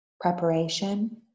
preparation